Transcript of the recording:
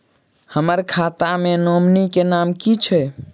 हम्मर खाता मे नॉमनी केँ नाम की छैय